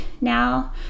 now